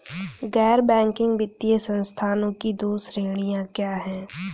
गैर बैंकिंग वित्तीय संस्थानों की दो श्रेणियाँ क्या हैं?